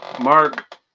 mark